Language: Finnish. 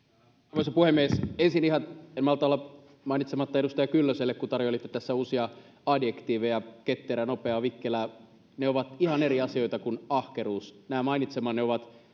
arvoisa puhemies ensin ihan en malta olla mainitsematta edustaja kyllöselle kun tarjoilitte tässä uusia adjektiiveja ketterä nopea vikkelä että ne ovat ihan eri asioita kuin ahkeruus nämä mainitsemanne ovat